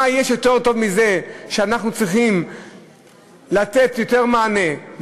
אז מה יש יותר טוב מזה כשאנחנו צריכים לתת יותר מענה,